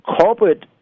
corporate